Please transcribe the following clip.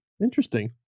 interesting